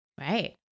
Right